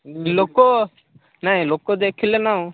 ଲୋକ ନାଇଁ ଲୋକ ଦେଖିଲେ ନା ଆଉ